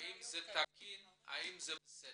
האם זה תקין והאם זה בסדר.